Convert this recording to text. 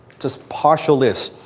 just partial list.